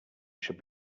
should